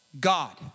God